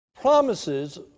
promises